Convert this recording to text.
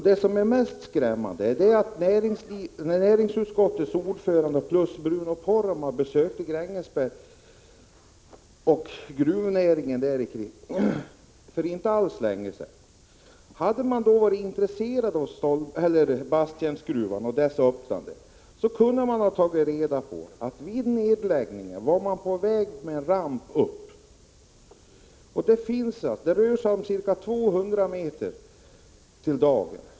Det mest skrämmande är att näringsutskottets ordförande tillsammans med Bruno Poromaa besökte Grängesberg och gruvnäringen där omkring för inte alls länge sedan. Hade ni då varit intresserade av att öppna Basttjärnsgruvan, kunde ni ha tagit reda på att vid nedläggningen var man på väg med en ramp upp. Det rör sig om ca 200 meter till dagen.